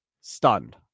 stunned